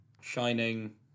Shining